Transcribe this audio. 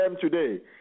today